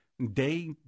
Day